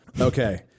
okay